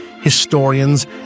historians